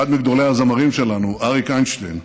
אחד מגדולי הזמרים שלנו, אריק איינשטיין,